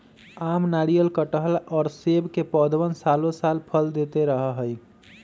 आम, नारियल, कटहल और सब के पौधवन सालो साल फल देते रहा हई